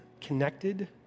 connected